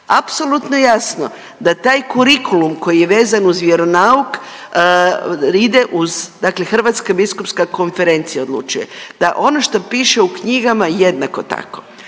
apsolutno jasno da taj kurikulum koji je vezan uz vjeronauk ide uz dakle HBK odlučuje, da ono što piše u knjigama jednako tako.